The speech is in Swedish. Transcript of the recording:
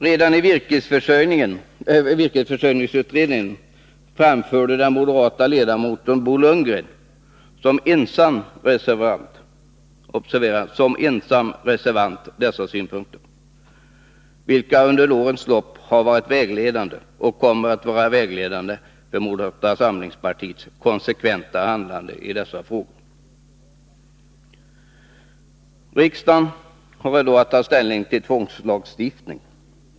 Redan i virkesförsörjningsutredningen framförde den moderate ledamoten Bo Lundgren — som ensam reservant — dessa synpunkter, vilka under årens lopp har varit och kommer att vara vägledande för moderata samlingspartiets konsekventa handlande i dessa frågor. Riksdagen har i dag att ta ställning till en tvångslagstiftning.